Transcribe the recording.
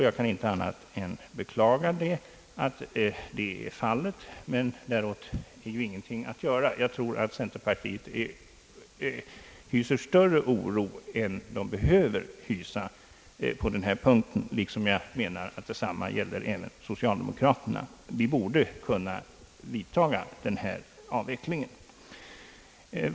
Jag kan inte annat än beklaga att så är fallet, men däråt är ingenting att göra. Jag tror att centerpartiet hyser större oro än partiet behöver hysa på denna punkt. Detsamma gäller även socialdemokraterna. Vi borde kunna vidta denna avveckling.